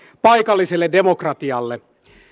paikalliselle demokratialle